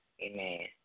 Amen